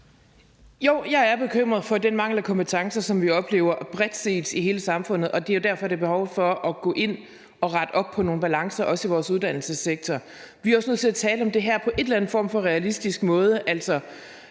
Jo, jeg er bekymret for den mangel på kompetencer, som vi oplever bredt set i hele samfundet. Det er jo derfor, der er behov for at gå ind og rette op på nogle balancer, også i vores uddannelsessektor. Vi er også nødt til at tale om det her på en eller anden form for realistisk måde.